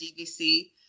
DVC